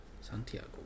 Santiago